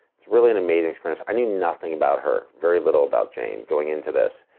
it's really an amazing experience. i knew nothing about her, very little about jane going into this,